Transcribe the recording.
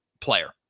player